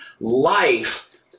life